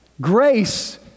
Grace